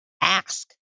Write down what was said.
ask